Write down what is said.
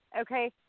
Okay